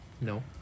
no